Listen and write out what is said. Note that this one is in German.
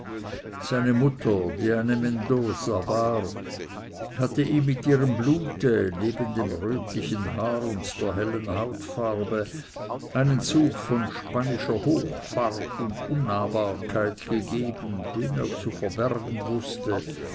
seine mutter die eine mendoza war hatte ihm mit ihrem blute neben dem rötlichen haar und der hellen hautfarbe einen zug von spanischer hochfahrt und unnahbarkeit gegeben den er zu verbergen wußte